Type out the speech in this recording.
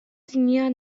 дня